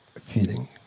feeling